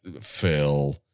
Phil